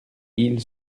ille